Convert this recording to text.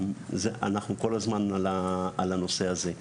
ואנחנו כל הזמן על הנושא הזה.